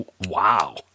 Wow